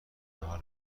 ناهار